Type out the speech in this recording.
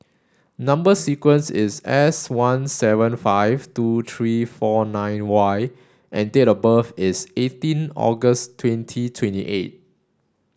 number sequence is S one seven five two three four nine Y and date of birth is eighteen August twenty twenty eight